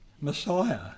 Messiah